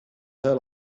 her